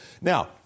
Now